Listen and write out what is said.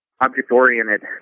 object-oriented